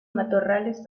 matorrales